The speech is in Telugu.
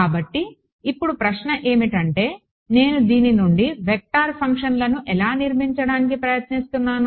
కాబట్టి ఇప్పుడు ప్రశ్న ఏమిటంటే నేను దీని నుండి వెక్టర్ ఫంక్షన్లను ఎలా నిర్మించడానికి ప్రయత్నిస్తాను